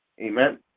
Amen